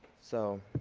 so,